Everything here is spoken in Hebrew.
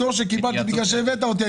הפטור שקיבלתי הוא בגלל שהבאת אותי לכאן.